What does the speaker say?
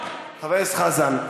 חבר הכנסת חזן,